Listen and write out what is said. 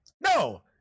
no